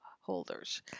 holders